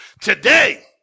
today